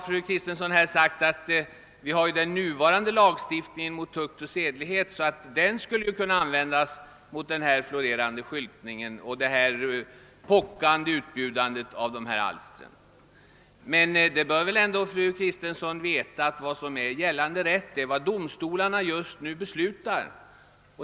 Fru Kristensson sade att den nuvarande lagstiftningen om tukt och sedlighet skulle kunna användas mot den pockande skyltningen och utbudet av dessa alster. Fru Kristensson bör emellertid veta att gällande rätt är vad domstolarna just nu beslutar.